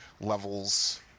levels